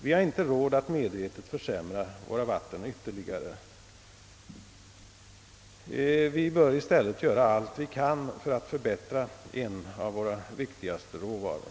Vi har inte råd att medvetet försämra våra vatten ytterligare utan bör i stället göra allt för att förbättra dem, då de lämnar en av våra viktigaste råvaror.